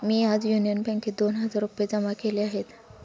मी आज युनियन बँकेत दोन हजार रुपये जमा केले आहेत